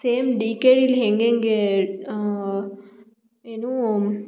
same D K deal ಹೇಗೇಗೆ ಏನು